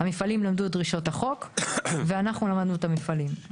המפעלים למדו את דרישות החוק ואנחנו למדנו את המפעלים.